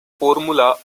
formula